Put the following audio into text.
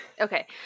Okay